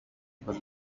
πως